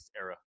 era